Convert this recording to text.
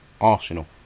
Arsenal